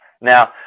Now